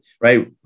right